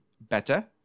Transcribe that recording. better